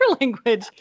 language